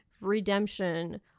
redemption